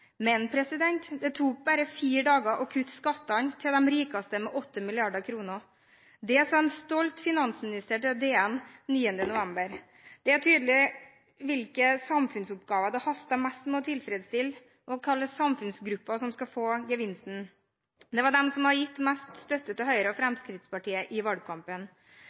Men det tok bare fire dager å kutte skattene til de rikeste med 8 mrd. kr. Det sa en stolt finansminister til Dagens Næringsliv 9. november. Det er tydelig hvilke samfunnsoppgaver det haster mest med å tilfredsstille, og hvilke samfunnsgrupper som skal få gevinsten – de som hadde gitt mest støtte til Høyre og Fremskrittspartiet i valgkampen.